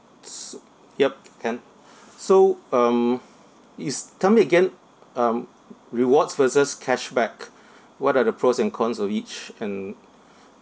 so yup can so um is tell me again um rewards versus cashback what are the pros and cons of each and